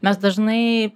mes dažnai